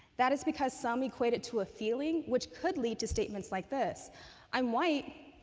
that is because some equate it to a feeling, which could lead to statements like this i'm white,